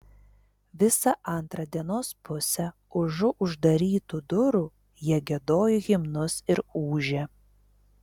visą antrą dienos pusę užu uždarytų durų jie giedojo himnus ir ūžė